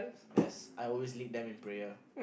yes I always lead them in prayer